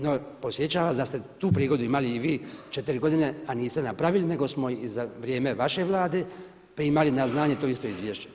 No, podsjećam vas da ste tu prigodu imali i vi 4 godine a niste napravili, nego smo i za vrijeme vaše Vlade primali na znanje to isto izvješće.